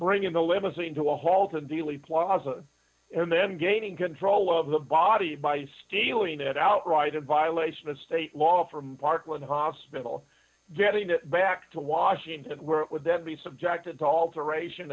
bringing the limousine to a halt in dealey plaza and then gaining control of the body by stealing it outright a violation of state law from parkland hospital getting it back to washington where it would then be subjected to alteration